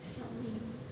小妹妹